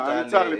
צר לי,